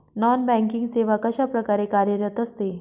Non banking सेवा कशाप्रकारे कार्यरत असते?